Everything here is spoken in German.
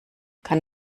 kann